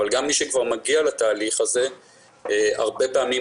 אבל גם מי שכבר מגיע לתהליך הזה הרבה פעמים